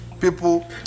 people